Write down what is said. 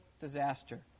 disaster